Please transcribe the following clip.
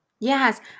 Yes